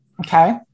Okay